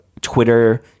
Twitter